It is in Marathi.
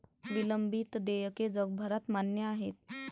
विलंबित देयके जगभरात मान्य आहेत